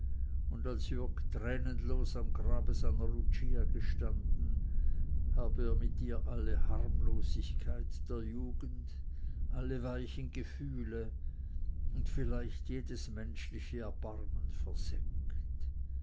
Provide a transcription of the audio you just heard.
und als jürg tränenlos am grabe seiner lucia gestanden habe er mit ihr alle harmlosigkeit der jugend alle weichen gefühle und vielleicht jedes menschliche erbarmen versenkt